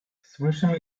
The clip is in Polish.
słyszę